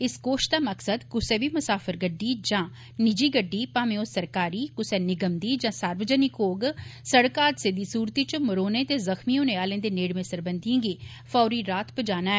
इस कोश दा मकसद कुसै बी मुसाफर गड्डी जां निजी गड्डी भामें ओह सरकारी कुसै निगम दी जां सार्वजनिक होग सड़क हादसे दी सूरती च मरोने आलें दे नेड़में सरबंधिएं गी फौरी राहत पजाना ऐ